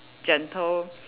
gentle